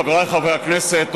חבריי חברי הכנסת,